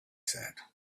said